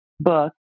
book